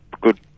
good